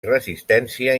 resistència